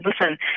listen